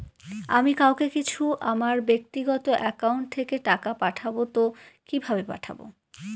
আমি কাউকে কিছু আমার ব্যাক্তিগত একাউন্ট থেকে টাকা পাঠাবো তো কিভাবে পাঠাবো?